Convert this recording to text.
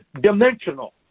dimensional